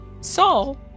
Saul